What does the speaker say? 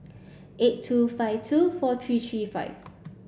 eight two five two four three three five